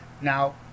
Now